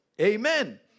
amen